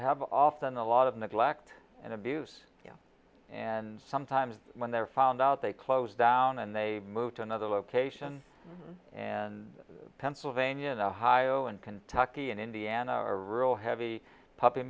have often a lot of neglect and abuse and sometimes when they're found out they close down and they move to another location and pennsylvania and ohio and kentucky and indiana rural heavy puppy